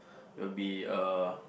will be uh